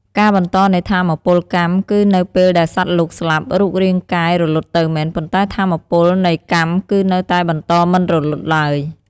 ការបន្តនៃថាមពលកម្ម គឺនៅពេលដែលសត្វលោកស្លាប់ រូបរាងកាយរលត់ទៅមែន ប៉ុន្តែថាមពលនៃកម្មគឺនៅតែបន្តមិនរលត់ឡើយ។